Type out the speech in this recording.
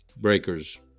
breakers